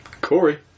Corey